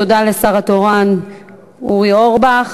תודה לשר התורן אורי אורבך.